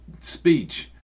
speech